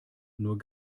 nur